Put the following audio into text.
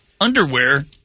Underwear